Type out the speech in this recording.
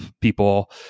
people